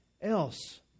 else